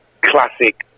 classic